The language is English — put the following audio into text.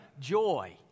joy